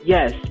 Yes